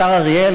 השר אריאל,